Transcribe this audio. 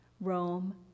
Rome